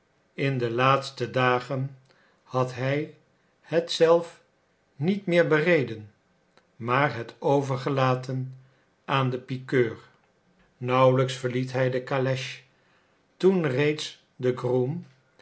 in de laatste dagen had hij het zelf niet meer bereden maar het overgelaten aan den pikeur nauwelijks verliet hij de kales toen reeds de groom